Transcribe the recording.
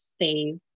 save